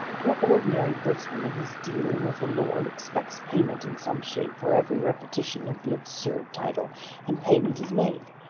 your ordinary briton in his dealing with a lord expects payment in some shape for every repetition of the absurd title and payment is made.